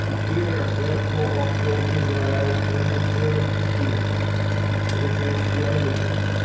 hear therefore, o israel, and observe to do it that it may be well with thee,